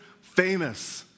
famous